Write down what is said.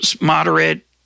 moderate